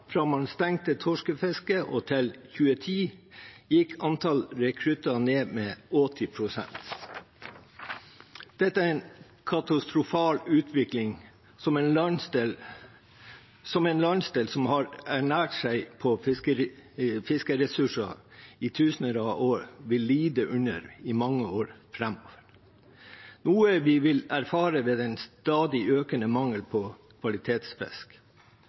fra man stengte torskefisket og fram til 2010, gikk antall rekrutter ned med 80 pst. Dette er en katastrofal utvikling som en landsdel som har ernært seg på fiskeressurser i tusener av år, vil lide under i mange år framover, noe vi vil erfare ved den stadig økende mangel på kvalitetsfisk.